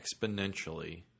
exponentially